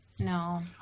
No